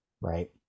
right